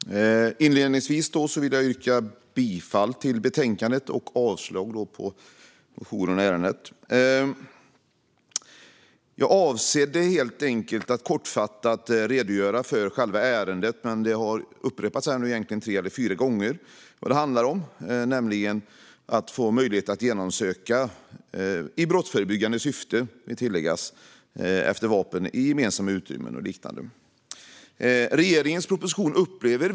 Herr talman! Inledningsvis vill jag yrka bifall till förslaget och avslag på motionerna i ärendet. Jag avsåg att kortfattat redogöra för själva ärendet, men det har upprepats här tre eller fyra gånger vad det handlar om: att polisen ska få möjlighet att söka efter vapen i gemensamma utrymmen och liknande - i brottsförebyggande syfte, vill jag tillägga.